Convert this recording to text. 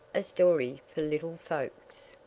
a story for little folks.